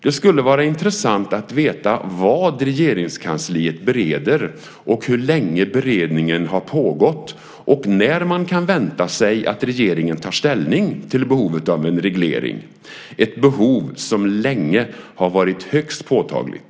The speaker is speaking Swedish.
Det skulle vara intressant att veta vad Regeringskansliet bereder, hur länge beredningen har pågått och när man kan vänta sig att regeringen tar ställning till behovet av en reglering, ett behov som länge har varit högst påtagligt.